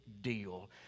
deal